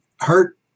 hurt